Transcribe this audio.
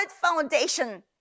foundation